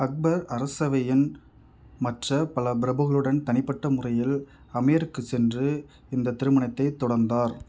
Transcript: அக்பர் அரசவையின் மற்ற பல பிரபுக்களுடன் தனிப்பட்ட முறையில் அமீருக்கு சென்று இந்தத் திருமணத்தை தொடர்ந்தார்